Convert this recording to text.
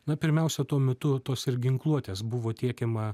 na pirmiausia tuo metu tos ir ginkluotės buvo tiekiama